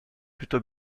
plutôt